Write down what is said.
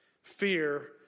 fear